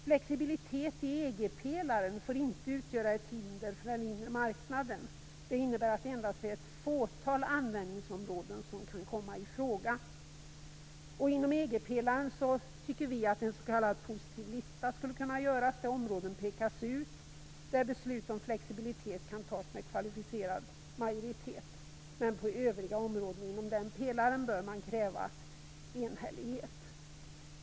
Flexibilitet i EG-pelaren får inte utgöra ett hinder för den inre marknaden. Det innebär att endast ett fåtal användningsområden kan komma i fråga. Inom EG-pelaren tycker vi att en s.k. positiv lista skulle kunna göras, där de områden pekas ut där beslut om flexibilitet kan fattas med kvalificerad majoritet. Men på övriga områden inom den pelaren bör man kräva enhällighet.